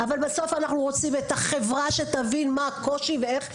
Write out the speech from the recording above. אבל אנחנו רוצים את החברה שתבין מה הקושי ואיך מכילים.